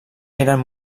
eren